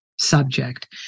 subject